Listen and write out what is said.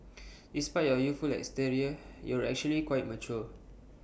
despite your youthful exterior you're actually quite mature